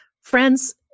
Friends